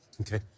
Okay